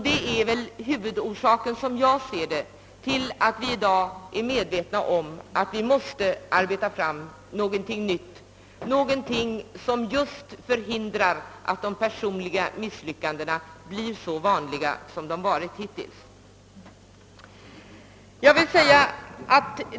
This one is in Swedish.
Detta är huvudorsaken till att vi inser att vi måste arbeta ut någonting nytt, något som förhindrar att personliga misslyckanden i studier blir så ofta förekommande.